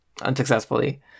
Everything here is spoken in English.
unsuccessfully